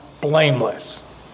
blameless